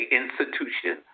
institution